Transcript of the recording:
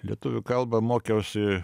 lietuvių kalbą mokiausi